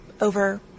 over